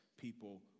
people